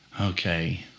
okay